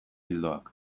ildoak